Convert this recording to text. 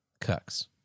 cucks